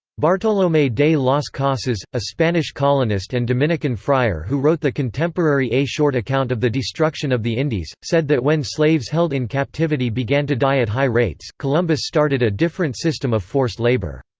bartolome de las casas, a spanish colonist and dominican friar who wrote the contemporary a short account of the destruction of the indies, said that when slaves held in captivity began to die at high rates, columbus started a different system of forced labor.